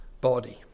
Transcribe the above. body